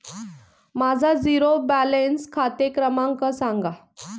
माझा zero balance खाते क्रमांक सांगा